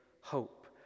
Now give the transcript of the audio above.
hope